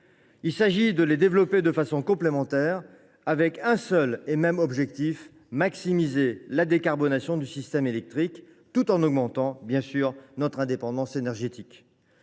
Il s’agit de les développer de façon complémentaire dans un seul et même but, celui de maximiser la décarbonation du système électrique, tout en augmentant notre indépendance énergétique.